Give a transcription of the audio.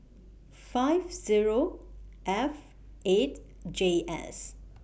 five Zero F eight J S